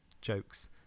jokes